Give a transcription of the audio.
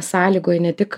sąlygoja ne tik